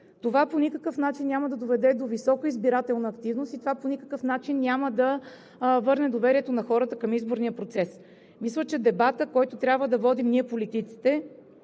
Това по никакъв начин няма да доведе до висока избирателна активност и това по никакъв начин няма да върне доверието на хората към изборния процес. Мисля, че дебатът, който трябва да водим ние, политиците,